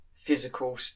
physical